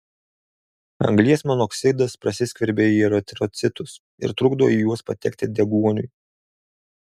anglies monoksidas prasiskverbia į eritrocitus ir trukdo į juos patekti deguoniui